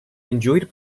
enjoyed